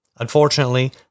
Unfortunately